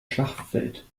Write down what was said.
schlachtfeld